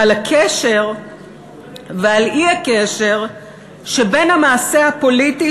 על הקשר ועל האי-קשר שבין המעשה הפוליטי